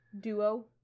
duo